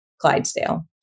Clydesdale